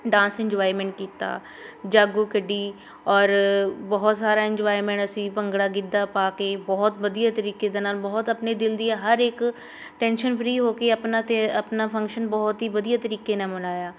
dance enjoyment ਕੀਤਾ ਜਾਗੋ ਕੱਢੀ ਔਰ ਬਹੁਤ ਸਾਰਾ ਇੰਜੋਏਮੈਂਟ ਅਸੀਂ ਭੰਗੜਾ ਗਿੱਧਾ ਪਾ ਕੇ ਬਹੁਤ ਵਧੀਆ ਤਰੀਕੇ ਦੇ ਨਾਲ ਬਹੁਤ ਆਪਣੇ ਦਿਲ ਦੀਆਂ ਹਰ ਇੱਕ ਟੈਨਸ਼ਨ ਫਰੀ ਹੋ ਕੇ ਆਪਣਾ ਅਤੇ ਆਪਣਾ ਫੰਕਸ਼ਨ ਬਹੁਤ ਹੀ ਵਧੀਆ ਤਰੀਕੇ ਨਾਲ ਮਨਾਇਆ